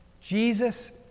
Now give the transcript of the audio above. Jesus